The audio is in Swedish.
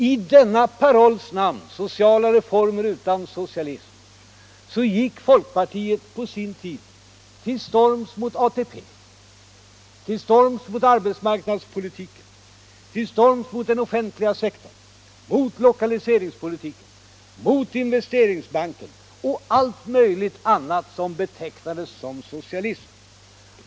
I denna parolls namn — sociala reformer utan socialism — gick folkpartiet på sin tid till storms mot ATP, mot arbetsmarknadspolitiken, mot den offentliga sektorn, mot lokaliseringspolitiken, mot Investeringsbanken och allt möjligt annat som betecknades som socialism.